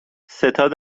ستاد